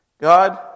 God